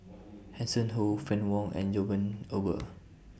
Hanson Ho Fann Wong and John Eber